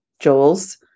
Joel's